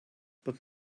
but